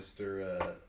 Mr